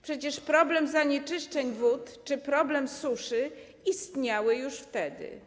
Przecież problemy zanieczyszczeń wód czy suszy istniały już wtedy.